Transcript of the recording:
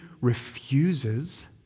refuses